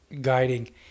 guiding